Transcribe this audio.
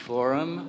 Forum